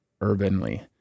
urbanly